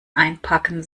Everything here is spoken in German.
einpacken